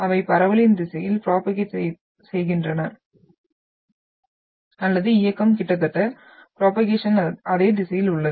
அவை பரவலின் திசையில் ப்ரோபோகேட் செய்கின்றன அல்லது இயக்கம் கிட்டத்தட்ட ப்ரோபோகேஷன் அதே திசையில் உள்ளது